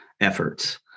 efforts